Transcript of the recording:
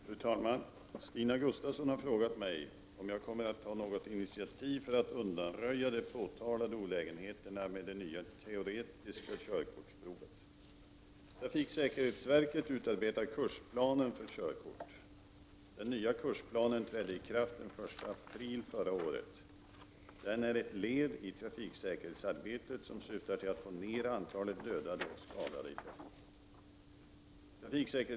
Fru talman! Stina Gustavsson har frågat mig om jag kommer att ta något initiativ för att undanröja de påtalade olägenheterna med det nya teoretiska körkortsprovet. Trafiksäkerhetsverket utarbetar kursplanen för körkort. Den nya kursplanen trädde i kraft den 1 april förra året. Den är ett led i trafiksäkerhetsarbetet som syftar till att få ner antalet dödade och skadade i trafiken.